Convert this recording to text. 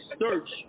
search